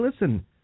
listen